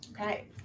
okay